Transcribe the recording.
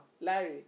Larry